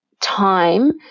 time